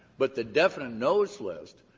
but the definite nos list,